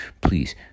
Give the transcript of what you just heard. please